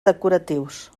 decoratius